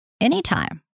anytime